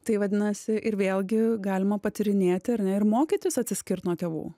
tai vadinasi ir vėlgi galima patyrinėti ar ne ir mokytis atsiskirt nuo tėvų